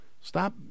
Stop